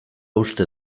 uste